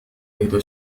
إذا